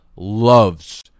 loves